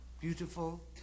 beautiful